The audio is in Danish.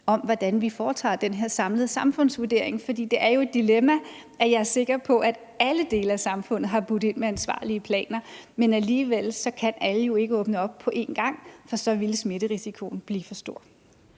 om, hvordan vi foretager den her samlede samfundsvurdering, for det er jo et dilemma, at alle dele af samfundet, er jeg sikker på, har budt ind med ansvarlige planer, men at alle alligevel ikke kan åbne op på en gang, for så ville smitterisikoen blive for stor.